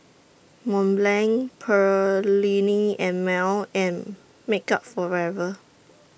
Mont Blanc Perllini and Mel and Makeup Forever